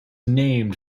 named